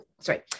Sorry